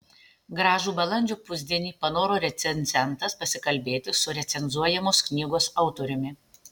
gražų balandžio pusdienį panoro recenzentas pasikalbėti su recenzuojamos knygos autoriumi